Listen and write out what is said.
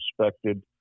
suspected